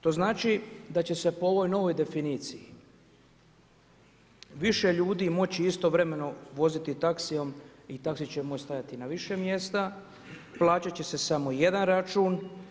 To znači da će se po ovoj novoj definiciji više ljudi moći istovremeno voziti taksijem i taksi će moći stajati na više mjesta, plaćat će se samo jedan račun.